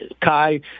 Kai